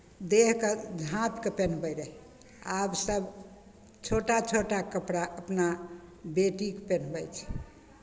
देहके झाँपि कऽ पेन्हबै रहै आब सभ छोटा छोटा कपड़ा अपना बेटीकेँ पेन्हबै छै